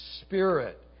spirit